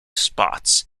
spots